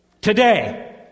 today